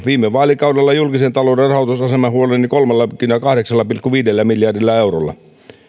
viime vaalikaudella julkisen talouden rahoitusasema huononi kolmellakymmenelläkahdeksalla pilkku viidellä miljardilla eurolla